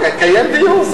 יקיים דיון.